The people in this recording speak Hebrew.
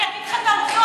אני אגיד לך את העובדות,